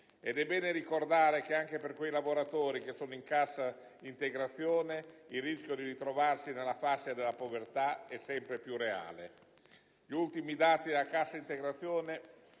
È bene ricordare che, anche per quei lavoratori che sono in cassa integrazione, il rischio di trovarsi nella fascia della povertà è sempre più reale. Gli ultimi dati della cassa integrazione